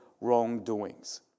wrongdoings